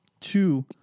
Two